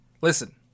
Listen